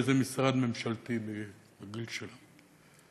באיזה משרד ממשלתי בגיל שלה.